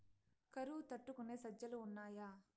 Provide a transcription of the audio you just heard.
కరువు తట్టుకునే సజ్జలు ఉన్నాయా